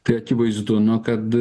tai akivaizdu na kad